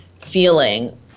feeling